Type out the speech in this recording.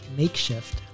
makeshift